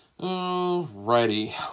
Alrighty